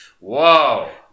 whoa